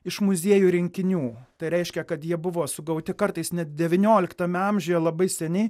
iš muziejų rinkinių tai reiškia kad jie buvo sugauti kartais net devynioliktame amžiuje labai seniai